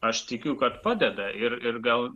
aš tikiu kad padeda ir ir gal